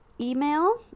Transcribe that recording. Email